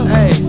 Hey